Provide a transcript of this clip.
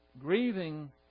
grieving